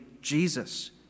Jesus